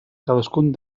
cadascun